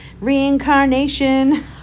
reincarnation